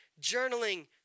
journaling